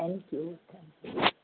thank you thank you